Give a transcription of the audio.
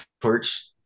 Torch